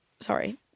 sorry